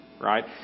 right